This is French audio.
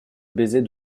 baiser